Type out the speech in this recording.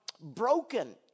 broken